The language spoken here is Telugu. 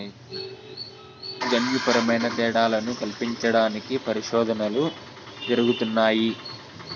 జన్యుపరమైన తేడాలను కల్పించడానికి పరిశోధనలు జరుగుతున్నాయి